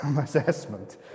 assessment